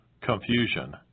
confusion